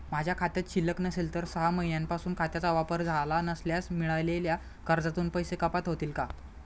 माझ्या खात्यात शिल्लक नसेल आणि सहा महिन्यांपासून खात्याचा वापर झाला नसल्यास मिळालेल्या कर्जातून पैसे कपात होतील का?